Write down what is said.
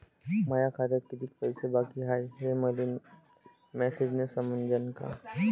माया खात्यात कितीक पैसे बाकी हाय हे मले मॅसेजन समजनं का?